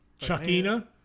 Chuckina